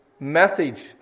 Message